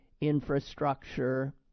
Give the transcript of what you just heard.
infrastructure